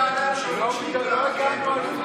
לא הגנו עליו,